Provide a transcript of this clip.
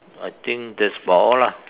I think that's about all lah